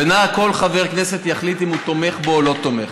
ואז כל חבר כנסת יחליט אם הוא תומך בו או לא תומך.